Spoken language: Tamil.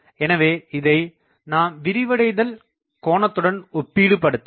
எனவே இதனை நாம் விரிவடைதல் கோனத்துடன் ஒப்பீடுபடுத்தலாம்